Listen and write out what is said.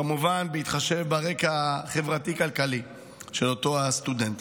כמובן בהתחשב ברקע החברתי-כלכלי של אותו הסטודנט.